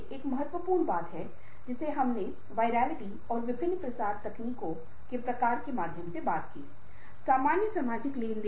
इसका मतलब यह नहीं है कि संगठन में कार्यकारी और प्रबंधक और कर्मचारी दूसरों के साथ या नेटवर्क के लिए बांड स्थापित करेंगे